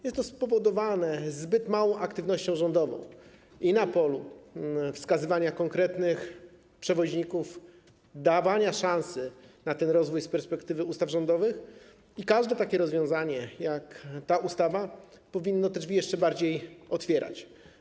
Jest to spowodowane zbyt małą aktywnością rządową, także na polu wskazywania konkretnych przewoźników, dawania szansy na ten rozwój z perspektywy ustaw rządowych, dlatego każde takie rozwiązanie jak ta ustawa powinno te drzwi jeszcze bardziej otwierać.